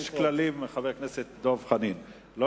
חבר הכנסת דב חנין, יש כללים.